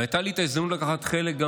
אבל הייתה לי את ההזדמנות לקחת חלק גם